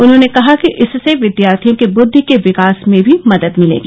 उन्होंने कहा कि इससे विद्यार्थियों की बुद्दि के विकास में भी मदद मिलेगी